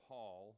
Paul